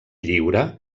lliure